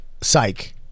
Psych